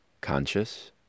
conscious